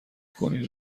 کنید